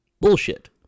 bullshit